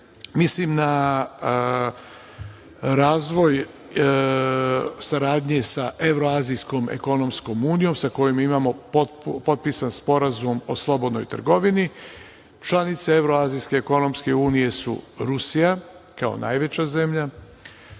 mislim na razvoj saradnje sa evroazijskom ekonomskom unijom sa kojom imamo potpisan Sporazum o slobodnoj trgovini. Članice evroazijske ekonomske unije su Rusija, kao najveća zemlja,